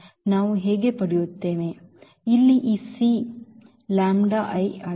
ನಾವು ಹಾಗೆ ಪಡೆಯುತ್ತೇವೆ ಇಲ್ಲಿ ಈ ಅಲ್ಲ